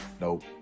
Nope